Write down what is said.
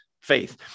Faith